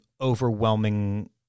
overwhelming